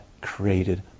created